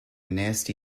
nasty